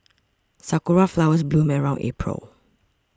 sakura flowers bloom around April